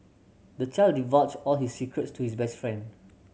the child divulged all his secret to his best friend